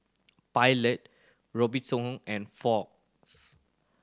Pilot Robitussin and Fox